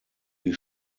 die